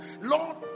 Lord